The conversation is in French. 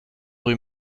rue